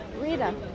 Rita